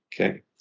Okay